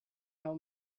how